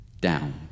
down